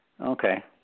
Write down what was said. Okay